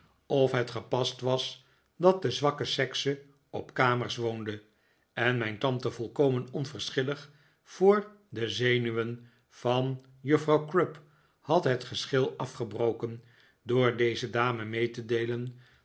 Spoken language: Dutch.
of het gepast was dat de zwakke sekse op kamers woonde en mijn tante volkomen onverschillig voor de zenuwen van juffrouw crupp had het geschil afgebroken door deze dame mee te deelen